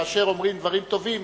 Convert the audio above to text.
כאשר אומרים דברים טובים